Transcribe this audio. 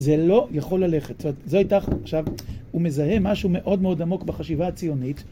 זה לא יכול ללכת. זאת אומרת, זה הייתה... עכשיו, הוא מזהה משהו מאוד מאוד עמוק בחשיבה הציונית.